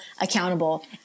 accountable